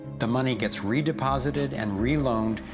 the money gets redeposited and reloaned,